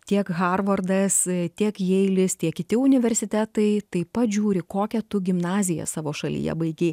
tiek harvardas tiek jeilis tiek kiti universitetai taip pat žiūri kokią tu gimnaziją savo šalyje baigei